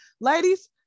Ladies